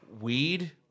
weed